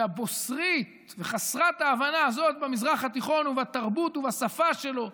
הבוסרית וחסרת ההבנה הזאת במזרח התיכון ובתרבות ובשפה שלו,